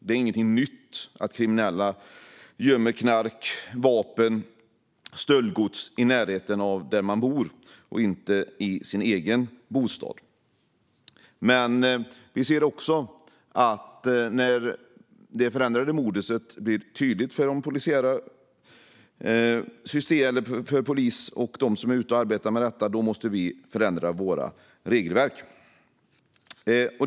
Det är inget nytt att kriminella gömmer knark, vapen och stöldgods i närheten av där de bor och inte i sina egna bostäder. Men vi ser också att när ett förändrat modus blir tydligt för polisen och för dem som är ute och arbetar med detta, då måste vi förändra våra regelverk.